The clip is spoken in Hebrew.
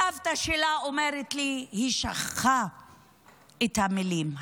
סבתא שלה אמרה לי: היא שכחה את המילים.